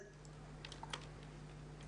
(שיחת הזום נקטעה).